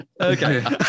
Okay